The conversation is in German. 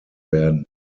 werden